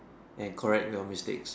and correct your mistakes